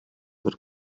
per